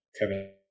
Kevin